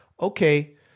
Okay